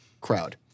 crowd